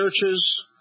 churches